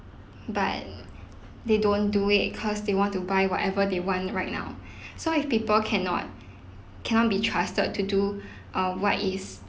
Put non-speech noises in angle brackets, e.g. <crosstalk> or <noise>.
but they don't do it cause they want to buy whatever they want right now <breath> so if people cannot cannot be trusted to do err what is